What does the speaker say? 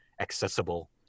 accessible